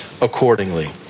accordingly